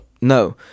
no